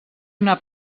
una